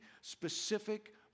specific